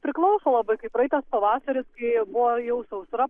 priklauso labai kaip praeitas pavasaris kai buvo jau sausra